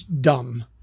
dumb